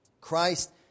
Christ